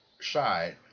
side